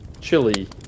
chili